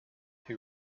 who